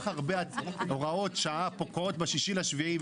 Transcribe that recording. הרבה הוראות שעה פוקעות ב-6 ביולי,